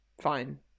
fine